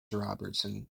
robertson